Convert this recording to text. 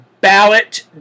ballot